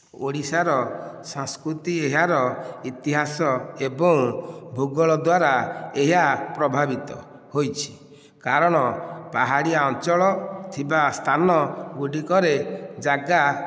ଓଡ଼ିଶାର ସଂସ୍କୃତି ଏହାର ଇତିହାସ ଏବଂ ଭୂଗୋଳ ଦ୍ୱାରା ଏହା ପ୍ରଭାବିତ ହୋଇଛି କାରଣ ପାହାଡ଼ିଆ ଅଞ୍ଚଳ ଥିବା ସ୍ଥାନଗୁଡ଼ିକରେ ଜାଗା